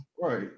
right